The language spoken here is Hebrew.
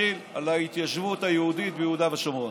נחיל על ההתיישבות היהודית ביהודה ושומרון.